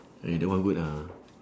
!aiya! that one good ah